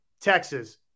Texas